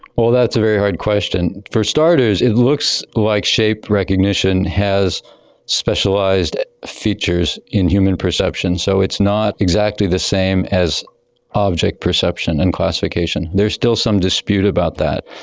that's a very hard question. for starters, it looks like shape recognition has specialised features in human perception, so it's not exactly the same as object perception and classification. there is still some dispute about that.